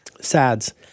sads